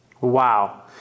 Wow